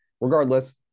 regardless